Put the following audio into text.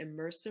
immersive